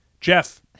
Jeff